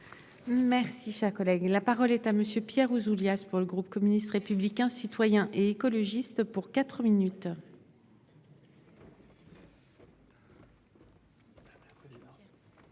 Merci, cher collègue, la parole est à monsieur Pierre Ouzoulias pour le groupe communiste, républicain, citoyen et écologiste pour 4 minutes.